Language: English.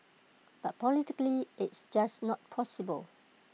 but politically it's just not possible